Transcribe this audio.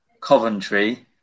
Coventry